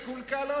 מקולקל,